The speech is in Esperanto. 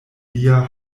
lia